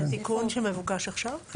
זה תיקון שמבוקש עכשיו?